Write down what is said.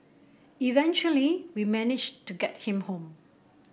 eventually we managed to get him home